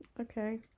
Okay